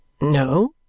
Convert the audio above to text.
No